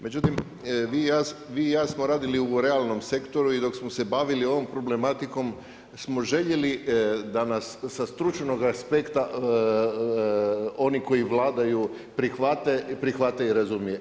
Međutim, vi i ja smo radili u realnom sektoru i dok smo se bavili ovom problematikom smo željeli da nas sa stručnog aspekta oni koji vladaju prihvate i razumiju.